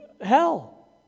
hell